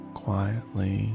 quietly